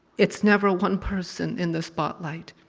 it's never one person in the spotlight,